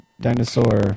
dinosaur